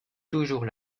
toujours